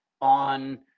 on